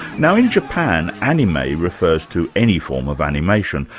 now in japan, anime refers to any form of animation,